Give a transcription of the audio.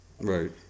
Right